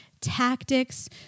tactics